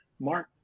mark